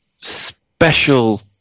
special